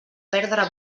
perdre